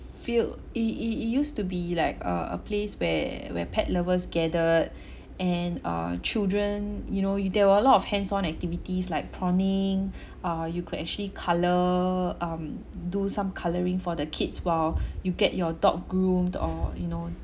filled it it it used to be like uh a place where where pet lovers gathered and uh children you know you there were a lot of hands on activities like prawning uh you could actually colour um do some colouring for the kids while you get your dog groomed or you know